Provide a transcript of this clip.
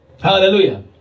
hallelujah